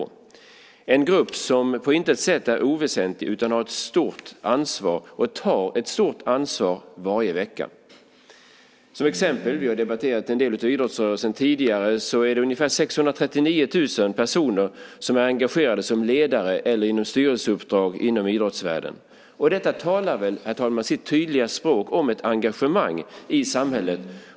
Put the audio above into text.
Det är en grupp som på intet sätt är oväsentlig utan som har ett stort ansvar och som tar ett stort ansvar varje vecka. Vi har debatterat en del av idrottsrörelsen tidigare. Som exempel kan jag säga att det är ungefär 639 000 personer som är engagerade som ledare eller har styrelseuppdrag inom idrottsvärlden. Detta talar, herr talman, sitt tydliga språk om ett engagemang i samhället.